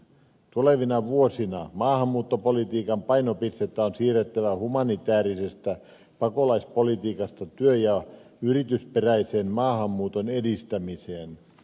tulevina vuosina maahanmuuttopolitiikan painopistettä on siirrettävä humanitäärisestä pakolaispolitiikasta työ ja yritysperäisen maahanmuuton edistämiseen